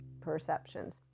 perceptions